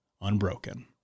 unbroken